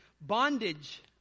bondage